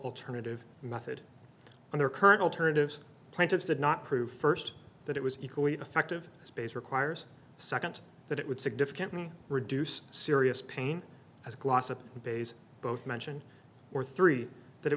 alternative method and their current alternatives plaintiffs had not proof first that it was equally effective space requires second that it would significantly reduce serious pain as glossop baze both mention or three that it